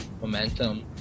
momentum